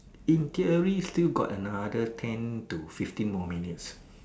in theory still got another ten to fifteen more minutes